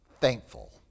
thankful